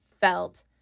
felt